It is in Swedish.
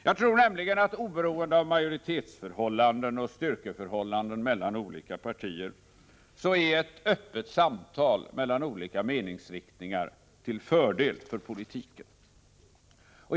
Jag tror nämligen att oberoende av majoritetsförhållanden och styrkeförhållanden mellan olika partier så är ett öppet samtal mellan olika meningsriktningar till fördel för politiken.